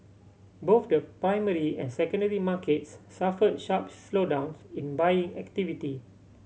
both the primary and secondary markets suffered sharps slowdowns in buying activity